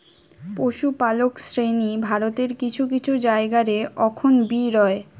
পশুপালক শ্রেণী ভারতের কিছু কিছু জায়গা রে অখন বি রয়